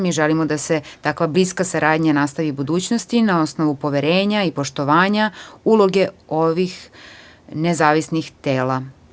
Mi želimo da se takva bliska saradnja nastavi i u budućnosti na osnovu poverenja i poštovanja uloge ovih nezavisnih tela.